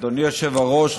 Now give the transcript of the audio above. אדוני היושב-ראש,